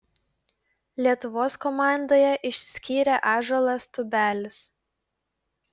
lietuvos komandoje išsiskyrė ąžuolas tubelis